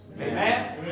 Amen